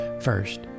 First